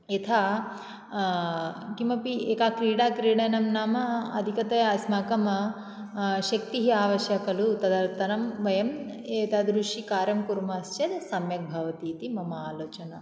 यथा किमपि एका क्रीडा क्रीडनं नाम अधिकतया अस्माकं शक्तिः आवश्या खलु तदर्थं वयम् एतादृशी कार्यं कुर्मश्चेत् सम्यक् भवति इति मम आलोचना